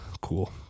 cool